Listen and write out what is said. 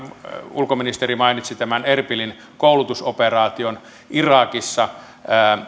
ulkoministeri mainitsi erbilin koulutusoperaation irakissa